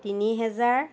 তিনি হেজাৰ